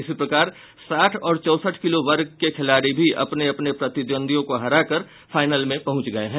इसी प्रकार साठ और चौसठ किलो वर्ग के खिलाडी भी अपने अपने प्रतिद्वदियों को हराकर फाइनल में पहुंच गये हैं